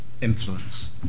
influence